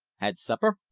had supper?